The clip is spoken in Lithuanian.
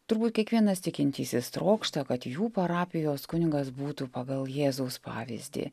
turbūt kiekvienas tikintysis trokšta kad jų parapijos kunigas būtų pagal jėzaus pavyzdį